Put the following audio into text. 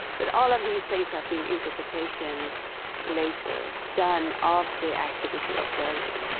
but all of these things have been interpretations later, done of the activity of whirling.